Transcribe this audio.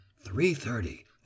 Three-thirty